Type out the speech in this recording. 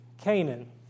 Canaan